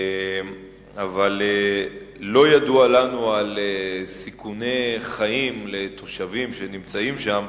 לא ידוע לנו על סיכוני חיים לתושבים שנמצאים שם,